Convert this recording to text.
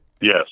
Yes